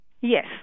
yes